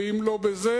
ואם לא בזה,